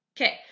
Okay